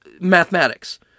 mathematics